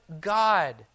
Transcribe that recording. God